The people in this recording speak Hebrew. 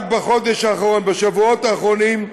רק בחודש האחרון, בשבועות האחרונים,